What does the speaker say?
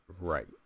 right